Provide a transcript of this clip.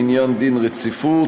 בעניין דין רציפות,